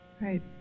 Right